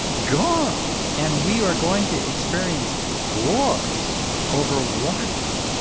gone, and we are going to experience wars over water.